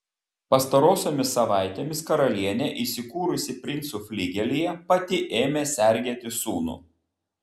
pastarosiomis savaitėmis karalienė įsikūrusi princų fligelyje pati ėmė sergėti sūnų